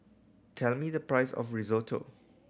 tell me the price of Risotto